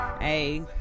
Hey